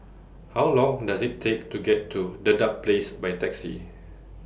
How Long Does IT Take to get to Dedap Place By Taxi